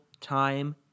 time